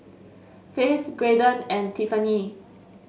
Faith Graydon and Tiffanie